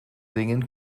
dingen